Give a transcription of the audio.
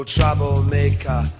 troublemaker